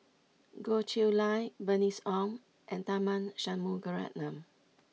Goh Chiew Lye Bernice Ong and Tharman Shanmugaratnam